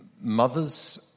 mother's